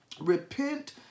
repent